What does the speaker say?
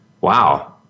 wow